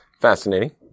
Fascinating